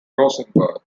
rosenberg